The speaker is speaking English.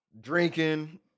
Drinking